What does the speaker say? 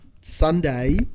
Sunday